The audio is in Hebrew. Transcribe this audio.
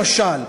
למשל,